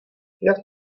jak